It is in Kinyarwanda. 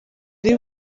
ari